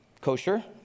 kosher